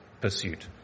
pursuit